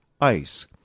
ice